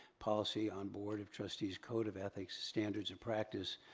policy on board of trustees code of ethics standards and practice.